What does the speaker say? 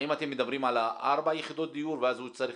האם אתם מדברים על ארבע יחידות דיור ואז הוא צריך